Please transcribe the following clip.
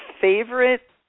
favorite